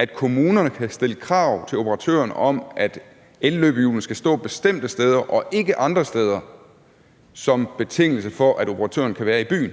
så kommunerne kan stille krav til operatøren om, at elløbehjulene skal stå bestemte steder og ikke andre steder, som betingelse for, at operatøren kan være i byen.